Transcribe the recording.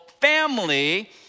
family